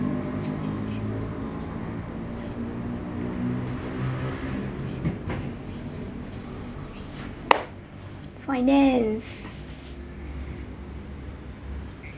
finance